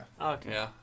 Okay